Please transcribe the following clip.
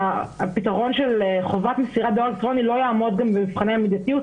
הפתרון של חובת מסירת דואר אלקטרוני לא יעמוד גם במבחני המידתיות,